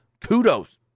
kudos